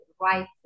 right